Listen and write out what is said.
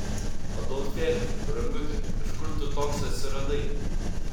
adolfėli branguti iš kur tu toks atsiradai